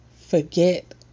forget